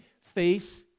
face